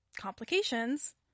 complications